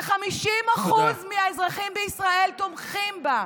ש-50% מהאזרחים בישראל תומכים בה.